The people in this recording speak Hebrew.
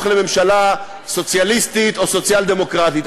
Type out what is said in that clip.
לממשלה סוציאליסטית או סוציאל-דמוקרטית.